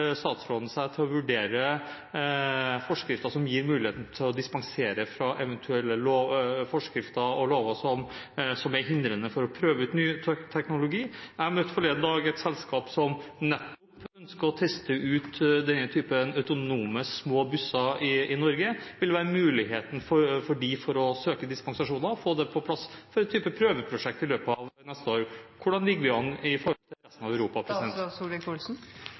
å prøve ut ny teknologi? Jeg møtte forleden dag et selskap som nettopp ønsker å teste ut en type autonome små busser i Norge. Vil det være mulighet for dem til å søke dispensasjon og få det på plass for en type prøveprosjekt i løpet av neste år? Hvordan ligger vi an her i forhold til resten av Europa?